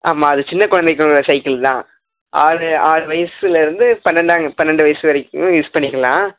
ஆமாம் அது சின்ன குழந்தைக்குள்ள சைக்கிள் தான் ஆறு ஆறு வயதிலருந்து பன்னெண்டா பன்னெண்டு வயது வரைக்கும் யூஸ் பண்ணிக்கலாம்